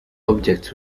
objects